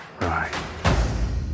Right